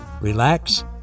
relax